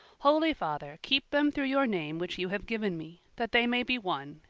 holy father, keep them through your name which you have given me, that they may be one,